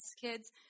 kids